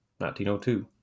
1902